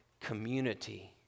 community